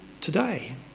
today